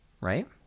right